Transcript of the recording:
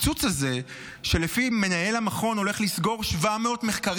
שבו יש קיצוץ של 75 מיליוני שקלים במכון